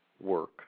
work